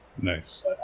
Nice